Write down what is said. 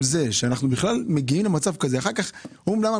תגובה